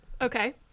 Okay